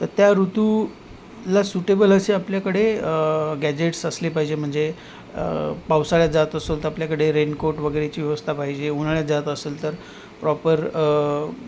त त्या ऋतूला सुटेबल असे आपल्याकडे गॅजेट्स असले पाहिजे म्हणजे पावसाळ्यात जात असेल तर आपल्याकडे रेनकोट वगैरेची व्यवस्था पाहिजे उन्हाळ्यात जात असेल तर प्रॉपर